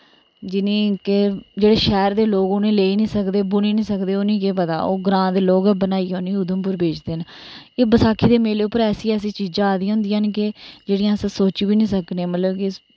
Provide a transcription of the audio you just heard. जिनें के जेह्ड़े शैह्र दे लोक उनें लेई नी सकदे बुनी नी सकदे उनें केह् पता ओह् ग्रांऽ दे लोक गै बनाईयै उनेंई ऊधमपुर बेचदे न ते बसाखी दे मेले उप्पर ऐसी ऐसी चीजां आ दियां होंदियां न के जेह्ड़ी अस सोची बी नी सकदे कि